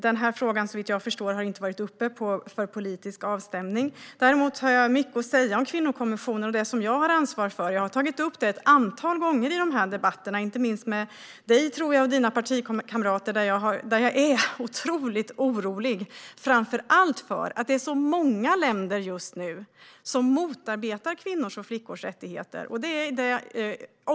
Den här frågan har såvitt jag förstår inte varit uppe för politisk avstämning. Däremot har jag mycket att säga om kvinnokommissionen och det som jag har ansvar för. Jag har tagit upp det ett antal gånger i de här debatterna, inte minst med Erik Andersson och hans partikamrater, och jag är otroligt orolig framför allt för att det är så många länder just nu som motarbetar kvinnors och flickors rättigheter.